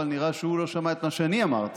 אבל נראה שהוא לא שמע את מה שאני אמרתי.